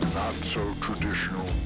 not-so-traditional